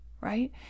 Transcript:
right